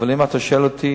אבל אם אתה שואל אותי,